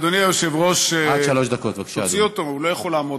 אדוני היושב-ראש, אתה יכול לספר לי מי היה הנואם?